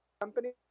company